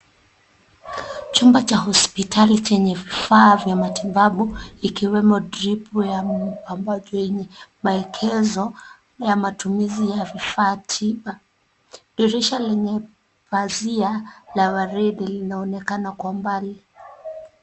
Chumba cha hospitali chenye vifaa vya matibabu ikiwemo dripu abacho yenye maekezo ya matumizi ya vifaa tiba. Dirisha lenye pazia la waridi linaonekana kwa mbali.